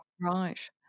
Right